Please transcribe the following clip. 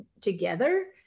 together